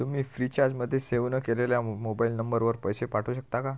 तुम्ही फ्रीचार्जमध्ये सेव्ह न केलेल्या मो मोबाईल नंबरवर पैसे पाठवू शकता का